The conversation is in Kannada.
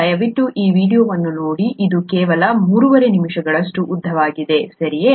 ದಯವಿಟ್ಟು ಆ ವೀಡಿಯೊವನ್ನು ನೋಡಿ ಇದು ಕೇವಲ ಮೂರೂವರೆ ನಿಮಿಷಗಳಷ್ಟು ಉದ್ದವಾಗಿದೆ ಸರಿಯೇ